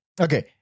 Okay